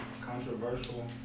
controversial